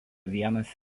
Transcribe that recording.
vienas